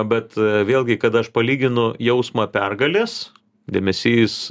bet vėlgi kada aš palyginu jausmą pergalės dėmesys